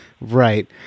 right